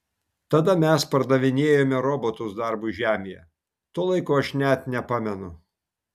tada mes pardavinėjome robotus darbui žemėje to laiko aš net nepamenu